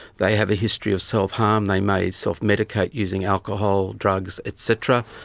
they have a history of self-harm, they may self-medicate using alcohol, drugs et cetera.